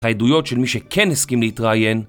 העדויות של מי שכן הסכים להתראיין